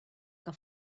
que